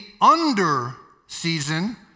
under-season